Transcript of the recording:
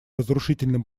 разрушительным